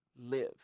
Live